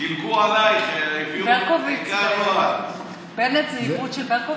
דילגו עליך, העבירו, בנט זה עברות של ברקוביץ'?